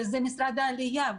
זה משרד העלייה,